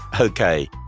Okay